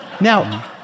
Now